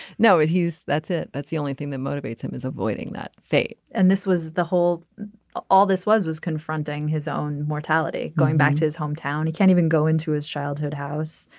know it he is. that's it. that's the only thing that motivates him is avoiding that fate and this was the whole all this was was confronting his own mortality. going back to his hometown he can't even go into his childhood house.